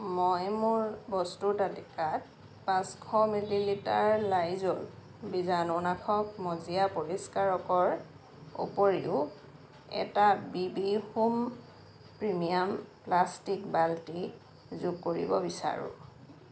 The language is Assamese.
মই মোৰ বস্তুৰ তালিকাত পাঁচশ মিলিলিটাৰ লাইজ'ল বীজাণুনাশক মজিয়া পৰিষ্কাৰকৰ উপৰিও এটা B B home premium plastic বাল্টি যোগ কৰিব বিচাৰোঁ